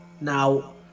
Now